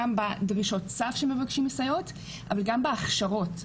גם בדרישות סף שמבקשים הסייעות אבל גם בהכשרות.